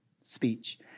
speech